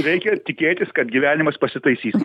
reikia tikėtis kad gyvenimas pasitaisys